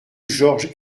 georges